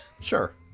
sure